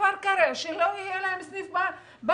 בכפר קרע, שלא יהיה להם סניף בנק.